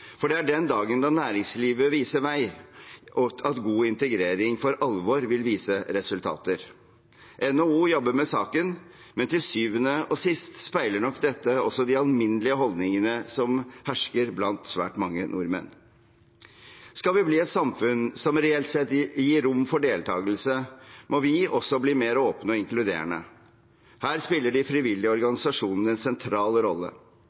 for det er den dagen da næringslivet viser vei, at god integrering for alvor vil vise resultater. NHO jobber med saken, men til syvende og sist speiler nok dette også de alminnelige holdningene som hersker blant svært mange nordmenn. Skal vi bli et samfunn som reelt sett gir rom for deltakelse, må vi også bli mer åpne og inkluderende. Her spiller de frivillige organisasjonene en sentral rolle.